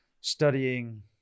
studying